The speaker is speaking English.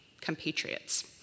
compatriots